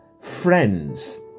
friends